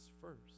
first